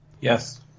Yes